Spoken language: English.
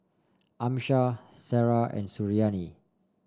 Amsyar Sarah and Suriani